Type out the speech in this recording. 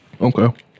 Okay